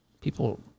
people